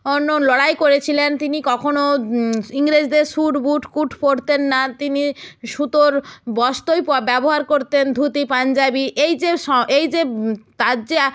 অন্য লড়াই করেছিলেন তিনি কখনও ইংরেজদের শ্যুট বুট কোট পরতেন না তিনি সুতোর বস্ত্রই প ব্যবহার করতেন ধুতি পাঞ্জাবি এই যে স এই যে তার যে